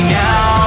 now